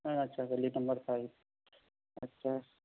ہاں اچھا گلی نمبر فائو اچھا